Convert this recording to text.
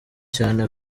cyane